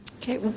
Okay